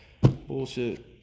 bullshit